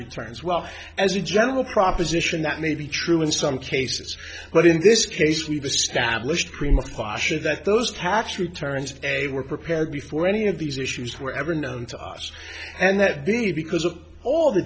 returns well as a general proposition that may be true in some cases but in this case we've established prima pasha that those tax returns a were prepared before any of these issues were ever known to us and that they because of all the